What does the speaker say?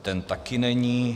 Ten taky není.